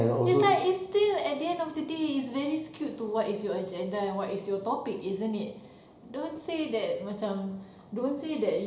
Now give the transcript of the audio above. like it's still at the end of the day is very skewed to what is your agenda and what is your topic isn't it don't say that macam don't say that